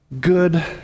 good